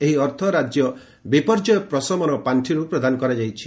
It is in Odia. ଏହି ଅର୍ଥ ରାଜ୍ୟ ବିପର୍ଯ୍ୟୟ ପ୍ରଶମନ ପାର୍ଷିର୍ ପ୍ରଦାନ କରାଯାଇଛି